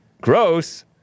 Gross